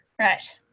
Right